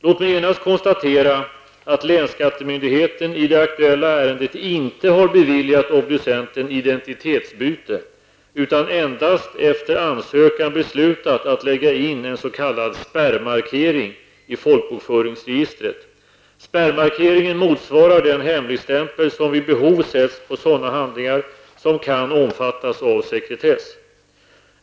Låt mig genast konstatera att länsskattemyndigheten i det aktuella ärendet inte har beviljat obducenten identitetsbyte utan endast efter ansökan beslutat att lägga in en s.k. Spärrmarkeringen motsvarar den hemligstämpel som vid behov sätts på sådana handlingar som kan omfattas av sekretess.